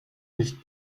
nicht